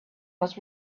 was